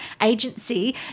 agency